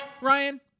Ryan